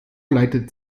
leitet